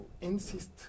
insist